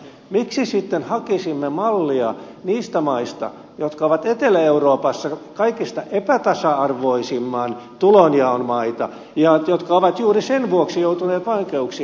miksi sitten hakisimme mallia niistä maista jotka ovat etelä euroopassa kaikista epätasa arvoisimman tulonjaon maita ja jotka ovat juuri sen vuoksi joutuneet vaikeuksiin